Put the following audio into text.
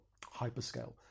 hyperscale